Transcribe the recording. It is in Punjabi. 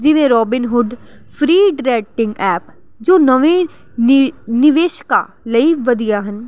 ਜਿਵੇਂ ਰੋਬਿਨਹੁੱਡ ਫਰੀ ਡਰੈਟਿੰਗ ਐਪ ਜੋ ਨਵੇਂ ਨਿ ਨਿਵੇਸ਼ਕਾਂ ਲਈ ਵਧੀਆ ਹਨ